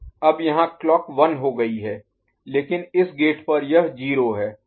अब यहाँ क्लॉक 1 हो गई है लेकिन इस गेट पर यह 0 है